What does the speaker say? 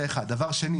זה דבר אחד.